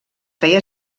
feia